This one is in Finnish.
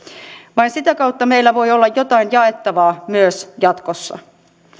vain sitä kautta meillä voi olla jotain jaettavaa myös jatkossa